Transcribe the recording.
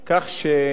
שגם אם אני שר,